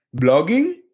blogging